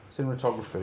Cinematography